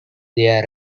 there